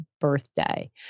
birthday